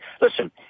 listen